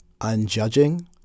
unjudging